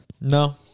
No